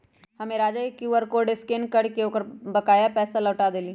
हम्मे राजा के Q R code के स्कैन करके ओकर बकाया पैसा लौटा देली